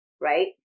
right